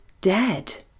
dead